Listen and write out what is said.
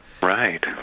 right